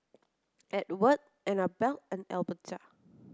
Ewart Annabell and Alberta